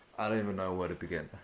i don't even know where to begin.